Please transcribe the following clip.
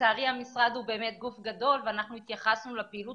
לצערי המשרד הוא באמת גוף גדול ואנחנו התייחסנו לפעילות